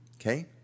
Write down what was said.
okay